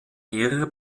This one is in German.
mehrere